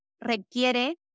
requiere